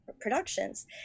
productions